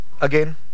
again